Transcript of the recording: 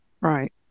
right